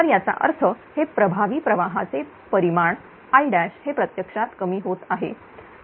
तर याचा अर्थ हे प्रभावी प्रवाहाचे परिमाण I हे प्रत्यक्षात कमी होत आहे